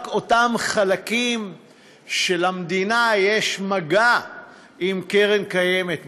רק אותם חלקים שלמדינה יש מגע עם קרן קיימת,